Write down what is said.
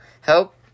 help